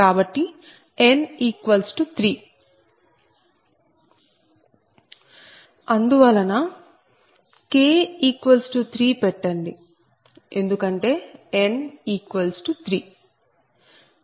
అందువలన k 3 పెట్టండి ఎందుకంటే n 3